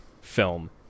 film